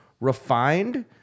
refined